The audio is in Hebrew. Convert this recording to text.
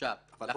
אין לזה משמעות.